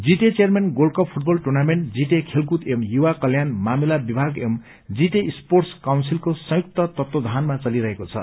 GTA chairman gold cup football tournament GTA खेलकूद एवं युवा कल्याण मामिला विभाग एवं जीटीए स्पोर्टस् काउन्सिलको संयुक्त तत्वावधानमा चलिरहेको छ